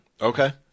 Okay